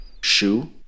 shoe